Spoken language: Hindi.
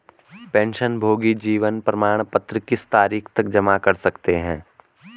पेंशनभोगी जीवन प्रमाण पत्र किस तारीख तक जमा कर सकते हैं?